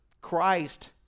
Christ